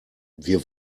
wir